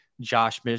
Josh